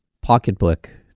pocketbook